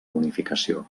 unificació